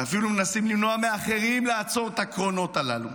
ואפילו מנסים למנוע מאחרים לעצור את הקרונות הללו.